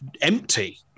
Empty